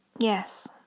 Yes